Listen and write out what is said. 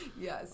Yes